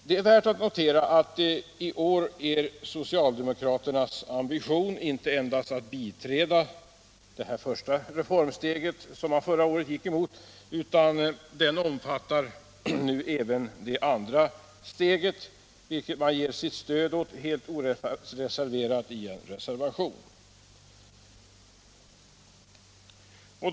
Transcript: Det är värt att notera att i år är socialdemokraternas ambition inte endast att biträda det första reformsteget som de förra året gick emot utan även det andra steget, vilket de i en reservation ger sitt fulla stöd.